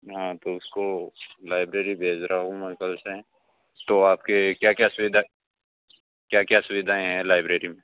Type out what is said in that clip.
हाँ तो उसको लाइब्रेरी भेज रहा हूँ मैं कल से तो आपके क्या क्या सुविधा क्या क्या सुविधाएं हैं लाइब्रेरी में